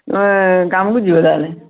ଏ କାମକୁ ଯିବେ ତାହାହେଲେ